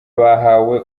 bahawe